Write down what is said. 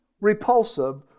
repulsive